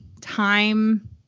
time